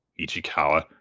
Ichikawa